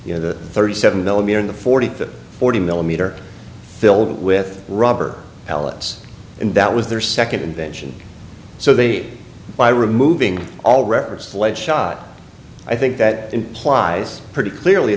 you know the thirty seven millimeter in the forty to forty millimeter filled with rubber pellets and that was their second invention so they by removing all records of lead shot i think that implies pretty clearly